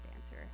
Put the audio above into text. answer